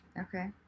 Okay